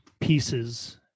pieces